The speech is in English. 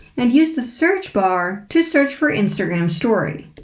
and use the search bar to search for instagram story.